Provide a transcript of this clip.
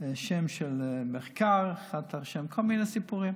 שם של מחקר, אחד תחת שם, כל מיני סיפורים.